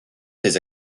ses